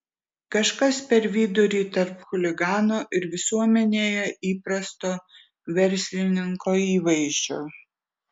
kažkas per vidurį tarp chuligano ir visuomenėje įprasto verslininko įvaizdžio